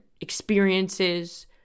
experiences